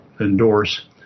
endorse